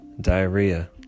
diarrhea